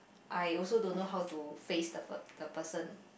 I also don't know how to face the per~ the person